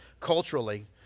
culturally